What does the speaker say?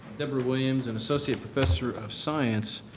deborah williams, and associate professor of science,